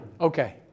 Okay